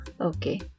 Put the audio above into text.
Okay